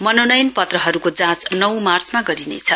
मनोनयन पत्रहरुको जाँच नौ मार्चमा गरिन्छ